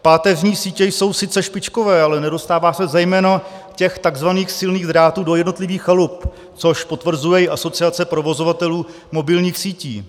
Páteřní sítě jsou sice špičkové, ale nedostává se zejména těch tzv. silných drátů do jednotlivých chalup, což potvrzuje i Asociace provozovatelů mobilních sítí.